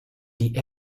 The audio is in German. die